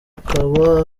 hakaba